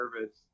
nervous